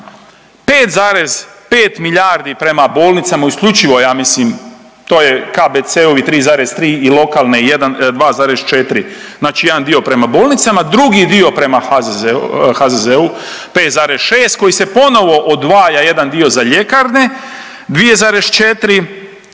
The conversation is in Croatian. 5,5 milijardi prema bolnicama, isključivo ja mislim to je KBC-ovi 3,3 i lokalne 2,4 znači jedan dio prema bolnicama, drugi dio prema HZZO-u 5,6 koji se ponovo odvaja, jedan dio za ljekarne 2,4,